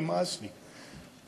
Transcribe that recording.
נמאס לי,